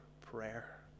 prayer